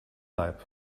leib